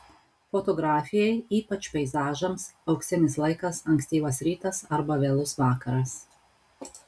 fotografijai ypač peizažams auksinis laikas ankstyvas rytas arba vėlus vakaras